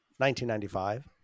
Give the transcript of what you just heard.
1995